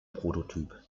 prototyp